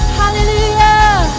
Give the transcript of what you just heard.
hallelujah